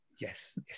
yes